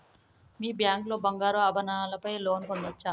మీ bank లో బంగారు ఆభరణాల పై లోన్ పొందచ్చా?